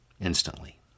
instantly